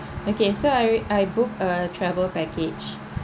okay so I I book a travel package